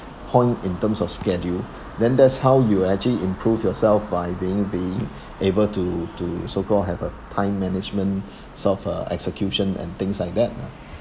point in terms of schedule then that's how you actually improve yourself by being being able to to so-called have a time management self uh execution and things like that